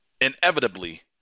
inevitably